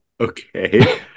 Okay